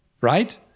right